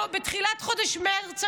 בתחילת חודש מרץ,